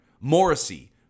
Morrissey